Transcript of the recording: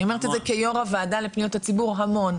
אני אומרת את זה כיושבת ראש הוועדה לפניות הציבור המון.